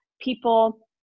people